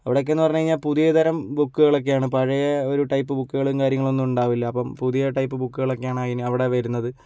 അവിടെയൊക്കെയെന്ന് പറഞ്ഞാൽ പുതിയ തരം ബുക്കുകൾ ഒക്കെ ആണ് പഴയ ഒരു ടൈപ്പ് ബുക്കുകളും കാര്യങ്ങളും ഒന്നും ഉണ്ടാവില്ല അപ്പം പുതിയ ടൈപ്പ് ബുക്കുകളൊക്കെയാണ് അതിന് അവിടെ വരുന്നത്